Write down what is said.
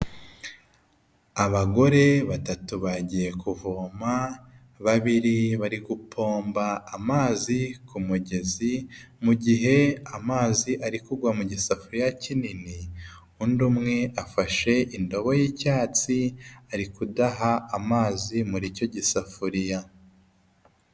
Abagore batatu bagiye kuvoma, babiri bari gupomba amazi ku mugezi, mu gihe amazi ari kugwa mu gisafuriya kinini, undi umwe afashe indobo y'icyatsi ari kudaha amazi muri icyo gisafuriya.